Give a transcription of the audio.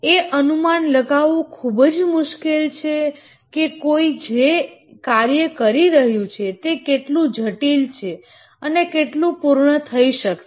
એ અનુમાન લગાવવું ખૂબ જ મુશ્કેલ છે કે કોઈ જે કાર્ય કરી રહ્યું છે તે કેટલું જટિલ છે અને કેટલુ પૂર્ણ થઇ શકશે